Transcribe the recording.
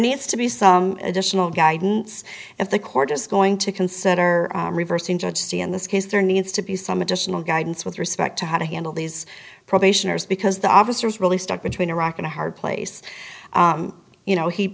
needs to be some additional guidance if the court is going to consider reversing judge c in this case there needs to be some additional guidance with respect to how to handle these probationers because the officers really stuck between a rock and a hard place you know he